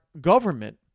government